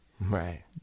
Right